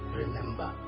remember